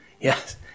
Yes